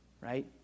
right